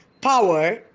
power